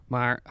Maar